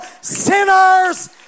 sinners